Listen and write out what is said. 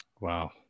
Wow